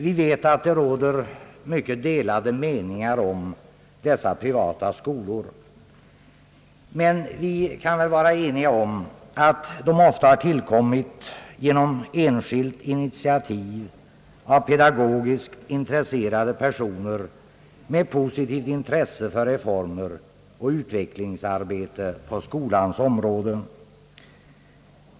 Vi vet att det råder mycket delade meningar om de privata skolorna, men vi kan väl vara eniga om att de har tillkommit på enskilt initiativ av pedagogiskt intresserade personer med positivt intresse för reformer och utvecklingsarbete på skolans område.